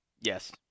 yes